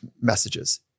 messages